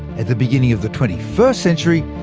at the beginning of the twenty first century,